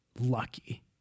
lucky